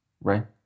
right